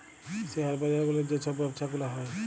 share বাজার গুলার যে ছব ব্যবছা গুলা হ্যয়